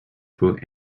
through